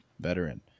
veteran